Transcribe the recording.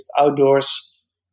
outdoors